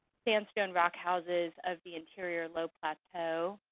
sandstone rockhouses of the interior low plateau,